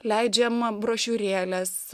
leidžiam brošiūrėles